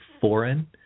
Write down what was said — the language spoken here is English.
foreign